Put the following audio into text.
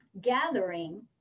gathering